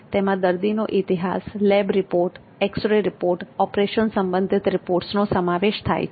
તેમાં દર્દીનો ઇતિહાસ lab reports X ray report operation સંબંધિત રિપોર્ટ્સનો સમાવેશ થાય છે